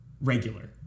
regular